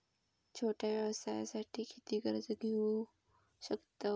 छोट्या व्यवसायासाठी किती कर्ज घेऊ शकतव?